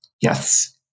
Yes